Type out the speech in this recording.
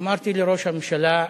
אמרתי לראש הממשלה: